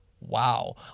Wow